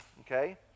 Okay